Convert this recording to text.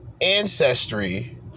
ancestry